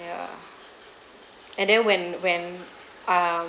yeah and then when when um